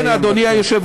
לכן, אדוני היושב-ראש,